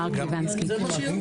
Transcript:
מכבי.